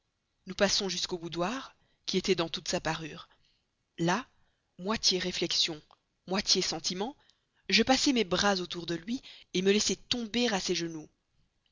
nous passons jusqu'au boudoir qui était dans toute sa parure là moitié réflexion moitié sentiment je passai mes bras autour de lui me laissai tomber à ses genoux